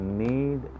need